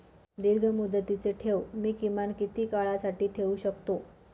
दीर्घमुदतीचे ठेव मी किमान किती काळासाठी ठेवू शकतो?